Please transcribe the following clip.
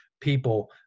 people